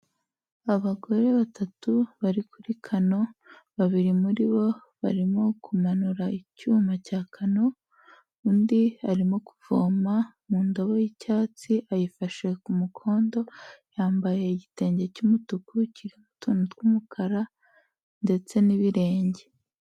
Abagore batatu bari kuri kano, babiri muri bo barimo kumanura icyuma cya kano, undi arimo kuvoma mu ndobo y'icyatsi ayifashe ku mukondo, yambaye igitenge cy'umutuku kiriho utuntu tw'umukara ndetse n'ibirenge.